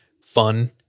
fun